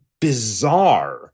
bizarre